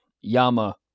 Yama